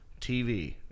TV